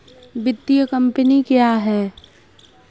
वित्तीय कम्पनी क्या है?